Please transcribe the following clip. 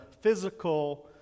physical